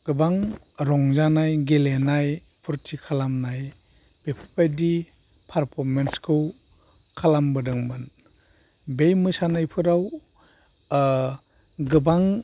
गोबां रंजानाय गेलेनाय फुरथि खालामनाय बेफोरबायदि पारफ'रमेन्सखौ खालामबोदोंमोन बे मोसानायफोराव गोबां